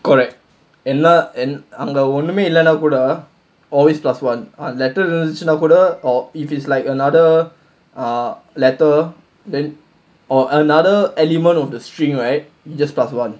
correct and அங்க ஒண்ணுமே இல்லனா கூட:anga onnumae illanaa kooda always plus one letter இருந்துச்சுன்னா கூட:irunthuchunaa kooda if it's like another ah letter then or another element of the string right just plus one